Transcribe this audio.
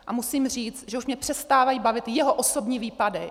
A musím říct, že už mě přestávají bavit jeho osobní výpady.